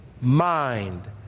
mind